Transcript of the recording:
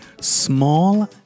small